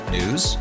News